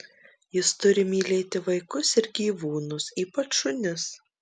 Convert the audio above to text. jis turi mylėti vaikus ir gyvūnus ypač šunis